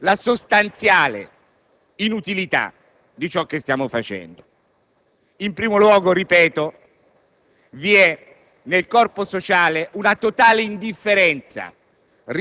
la sostanziale inutilità di ciò che stiamo facendo. In primo luogo, ripeto, vi è nel corpo sociale una totale indifferenza